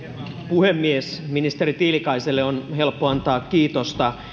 puhemies ministeri tiilikaiselle on helppo antaa kiitosta